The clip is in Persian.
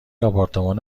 آپارتمان